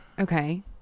Okay